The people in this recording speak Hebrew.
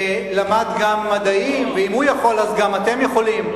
שלמד גם מדעים, ואם הוא יכול אז גם אתם יכולים.